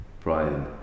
Brian